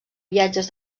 viatges